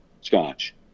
scotch